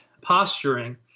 posturing